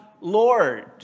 Lord